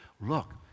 look